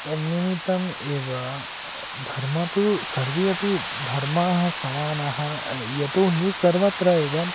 तन्निमित्तम् एव धर्मं तु सर्वे अपि धर्माः समानाः यतोऽहि सर्वत्र एव